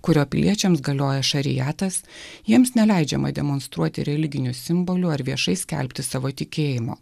kurio piliečiams galioja šariatas jiems neleidžiama demonstruoti religinių simbolių ar viešai skelbti savo tikėjimo